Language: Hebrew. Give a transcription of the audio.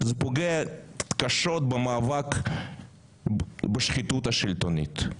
מה שפוגע קשות במאבק בשחיתות השלטונית.